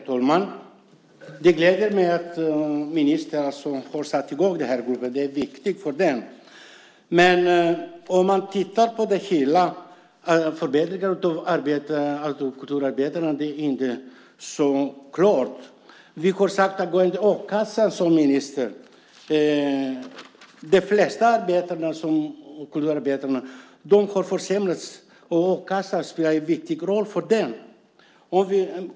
Herr talman! Det gläder mig att ministern har satt i gång gruppen. Det är viktigt. Om vi tittar på förbättringarna för kulturarbetarna är det inte så klart. För de flesta kulturarbetare har det blivit försämringar och a-kassan spelar en viktig roll för dem.